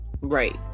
right